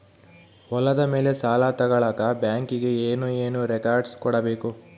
ಹೊಲದ ಮೇಲೆ ಸಾಲ ತಗಳಕ ಬ್ಯಾಂಕಿಗೆ ಏನು ಏನು ರೆಕಾರ್ಡ್ಸ್ ಕೊಡಬೇಕು?